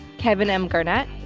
kevin m garnet,